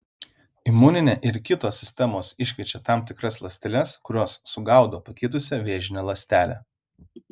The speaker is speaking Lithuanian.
imuninė ir kitos sistemos iškviečia tam tikras ląsteles kurios sugaudo pakitusią vėžinę ląstelę